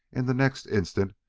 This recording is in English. in the next instant,